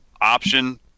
option